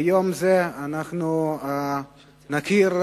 ביום זה אנחנו נכיר,